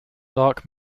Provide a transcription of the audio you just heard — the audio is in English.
dark